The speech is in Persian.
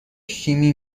شیمی